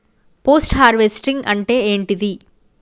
Post harvesting అంటే ఏంటిది?